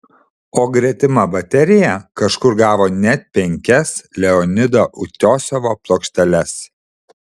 o gretima baterija kažkur gavo net penkias leonido utiosovo plokšteles